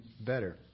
better